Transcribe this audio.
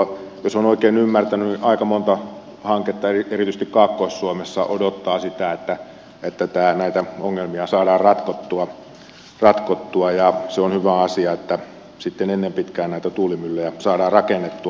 jos olen oikein ymmärtänyt niin aika monta hanketta erityisesti kaakkois suomessa odottaa sitä että näitä ongelmia saadaan ratkottua ja se on hyvä asia että sitten ennen pitkää näitä tuulimyllyjä saadaan rakennettua